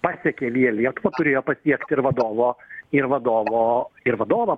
pasiekė via lietuvą turėjo pasiekt ir vadovo ir vadovo ir vadovą